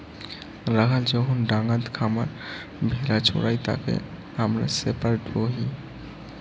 রাখাল যখন ডাঙাত খামার ভেড়া চোরাই তাকে হামরা শেপার্ড কহি